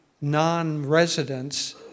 non-residents